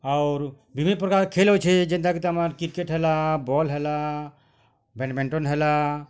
ଆଉରୁ ବିଭିନ୍ନ ପ୍ରକାର୍ ଖେଲ୍ ଅଛେ ଯେନ୍ତା କି ତାର୍ ମାନେ କ୍ରିକେଟ୍ ହେଲା ବଲ୍ ହେଲା ବେଡ଼ମେଣ୍ଟନ୍ ହେଲା